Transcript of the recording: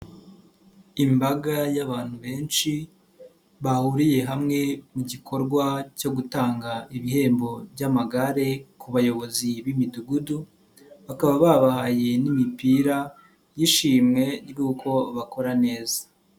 Imbaga y'abantu benshi bahuriye hamwe mu gikorwa cyo gutanga ibihembo by'amagare ku bayobozi b'imidugudu, bakaba babahaye n'imipira y'ishimwe ry'uko bakora neza.